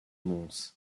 mons